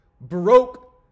broke